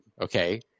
Okay